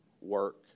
work